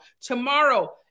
Tomorrow